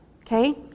Okay